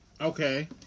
Okay